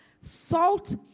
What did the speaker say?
salt